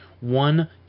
One